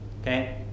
Okay